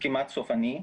כמעט סופני,